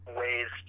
ways